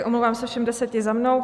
Omlouvám se všem deseti za mnou.